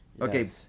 Okay